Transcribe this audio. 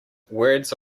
words